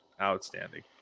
outstanding